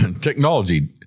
technology